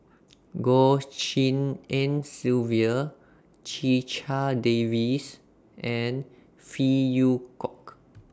Goh Tshin En Sylvia Checha Davies and Phey Yew Kok